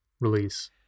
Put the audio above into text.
release